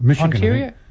Ontario